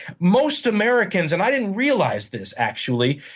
most americans, and i didn't realize this, actually,